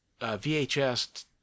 VHS